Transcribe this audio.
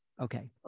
Okay